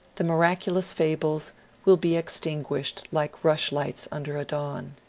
the miraculous fables will be ex tinguished like rushlights under a dawn.